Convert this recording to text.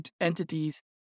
entities